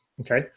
okay